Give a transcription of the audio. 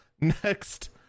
next